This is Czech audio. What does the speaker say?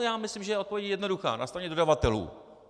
Já myslím, že odpověď je jednoduchá na straně dodavatelů.